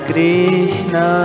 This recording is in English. Krishna